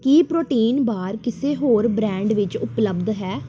ਕੀ protein bar ਕਿਸੇ ਹੋਰ brand ਵਿੱਚ ਉਪਲੱਬਧ ਹੈ